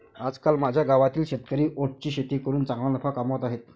आजकाल माझ्या गावातील शेतकरी ओट्सची शेती करून चांगला नफा कमावत आहेत